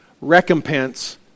recompense